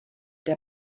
der